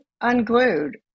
unglued